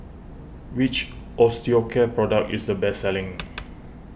which Osteocare product is the best selling